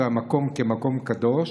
בשנים האחרונות המקום שם הרוס ומוזנח,